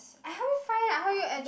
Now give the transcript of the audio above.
I haven't find I help you air drop